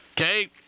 Okay